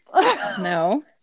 no